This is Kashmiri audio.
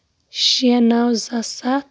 شےٚ نو زٕ ساس سَتھ